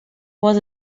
was